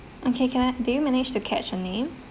okay can I do you manage to catch her name